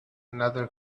another